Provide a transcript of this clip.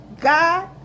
God